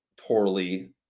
poorly